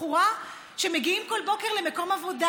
בחורה שמגיעים כל בוקר למקום העבודה?